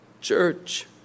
church